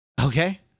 Okay